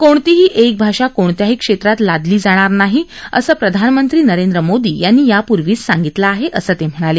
कोणतीही एक भाषा कोणत्याही क्षेत्रात लादली जाणार नाही असं प्रधानमंत्री नरेंद्र मोदी यांनी यापूर्वीच सांगितलं आहे असं ते म्हणाले